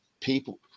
people